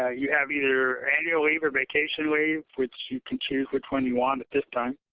ah you have either annual leave or vacation leave which you can choose which one you want at this time.